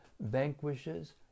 vanquishes